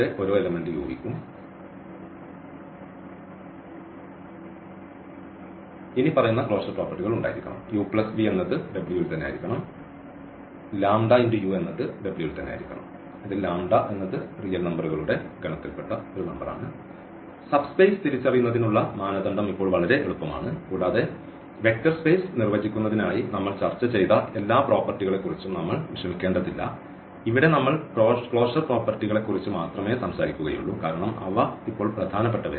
ഓരോ u v∈W ∈R എന്നിവയ്ക്കും ഇനിപ്പറയുന്ന ക്ലോഷർ പ്രോപ്പർട്ടികൾ ഉണ്ടായിരിക്കണം u v∈W u∈W subspace തിരിച്ചറിയുന്നതിനുള്ള മാനദണ്ഡം ഇപ്പോൾ വളരെ എളുപ്പമാണ് കൂടാതെ വെക്റ്റർ സ്പേസ് നിർവചിക്കുന്നതിനായി നമ്മൾചർച്ച ചെയ്ത എല്ലാ പ്രോപ്പർട്ടികളെക്കുറിച്ചും നമ്മൾ വിഷമിക്കേണ്ടതില്ല ഇവിടെ നമ്മൾ ക്ലോഷർ പ്രോപ്പർട്ടികളെക്കുറിച്ച് മാത്രമേ സംസാരിക്കുകയുള്ളൂ കാരണം അവ ഇപ്പോൾ പ്രധാനപ്പെട്ടവയാണ്